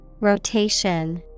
Rotation